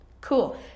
cool